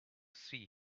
see